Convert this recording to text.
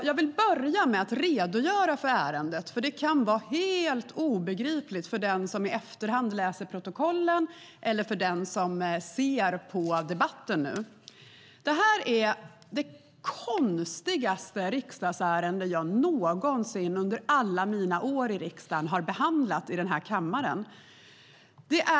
Jag vill börja med att redogöra för ärendet, för det kan vara helt obegripligt för den som i efterhand läser protokollet eller för den som lyssnar på debatten. Detta är det konstigaste riksdagsärende jag någonsin under alla mina år i riksdagen har behandlat i den här kammaren.